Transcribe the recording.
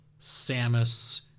Samus